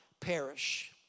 perish